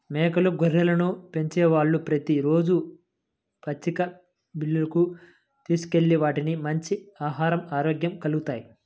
మేకలు, గొర్రెలను పెంచేవాళ్ళు ప్రతి రోజూ పచ్చిక బీల్లకు తీసుకెళ్తే వాటికి మంచి ఆహరం, ఆరోగ్యం కల్గుతాయి